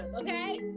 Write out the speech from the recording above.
okay